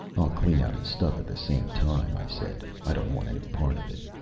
i'll clean out his stuff at the same time, i said. i don't want any part of it.